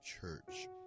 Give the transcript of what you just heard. Church